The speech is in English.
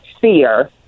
fear